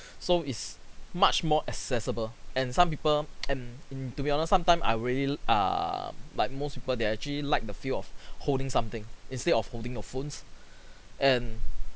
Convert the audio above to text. so is much more accessible and some people mm mm to be honest sometime I really ah like most people they actually like the feel of holding something instead of holding your phones and